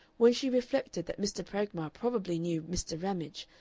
when she reflected that mr. pragmar probably knew mr. ramage,